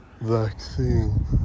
Vaccine